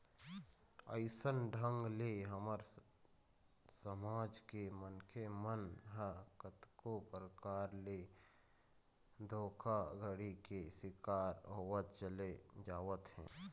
अइसन ढंग ले हमर समाज के मनखे मन ह कतको परकार ले धोखाघड़ी के शिकार होवत चले जावत हे